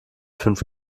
fünf